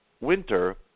winter